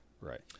right